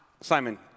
Simon